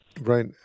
Right